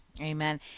Amen